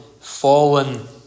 fallen